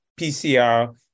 PCR